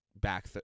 back